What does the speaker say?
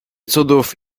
cudów